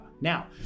Now